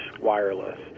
Wireless